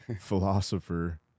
philosopher